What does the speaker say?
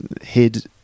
hid